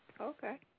Okay